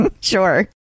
Sure